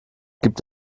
gibt